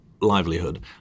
livelihood